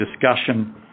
discussion